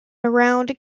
around